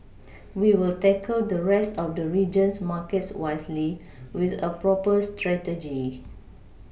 we will tackle the rest of the region's markets wisely with a proper strategy